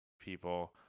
people